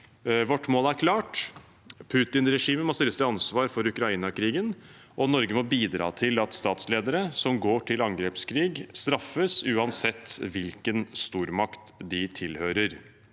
Vårt mål er klart: Putin-regimet må stilles til ansvar for Ukraina-krigen, og Norge må bidra til at statsledere som går til angrepskrig, straffes, uansett hvilken stormakt de tilhører.